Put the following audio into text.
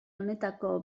honetako